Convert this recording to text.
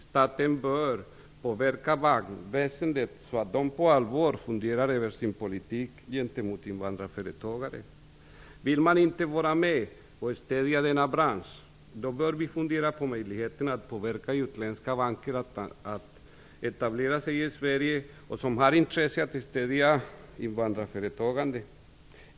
Staten bör påverka bankväsendet så att de på allvar funderar över sin politik gentemot invandrarföretagare. Vill man inte vara med och stödja denna bransch bör vi fundera på möjligheterna att påverka utländska banker som är intresserade av att stödja invandrarföretagande att etablera sig i Sverige.